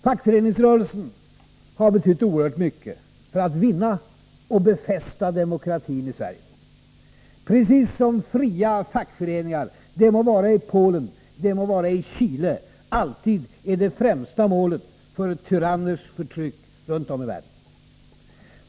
Fackföreningsrörelsen har betytt oerhört mycket när det gällt att vinna och befästa demokratin i Sverige, precis som fria fackföreningar — det må vara i Polen eller i Chile — alltid är det främsta målet för tyranners förtryck runt om i världen.